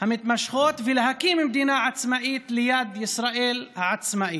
המתמשכות ולהקים מדינה עצמאית ליד ישראל העצמאית,